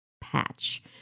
patch